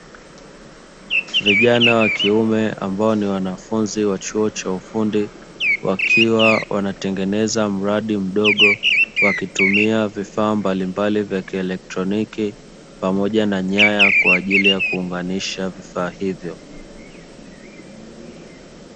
Vijana wa kiume ambao ni wanafunzi wa chuo cha ufundi, wakiwa wanatengeneza mradi mdogo, wakitumia vifaa mbalimbali vya kielektroniki pamoja na nyaya kwa ajili ya kuunganisha vifaa hivyo.